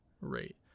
rate